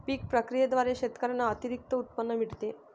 पीक प्रक्रियेद्वारे शेतकऱ्यांना अतिरिक्त उत्पन्न मिळते